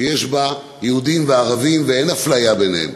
שיש בה יהודים וערבים, ואין אפליה ביניהם.